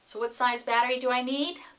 so what size battery do i need?